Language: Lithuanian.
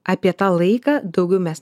apie tą laiką daugiau mes